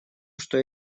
что